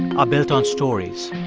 are built on stories.